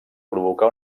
provocà